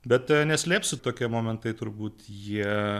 bet neslėpsiu tokie momentai turbūt jie